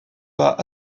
pas